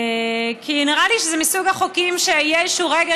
כי נראה לי שזה מסוג החוקים שיהיה איזשהו רגע